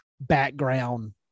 background